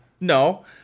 no